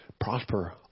Prosper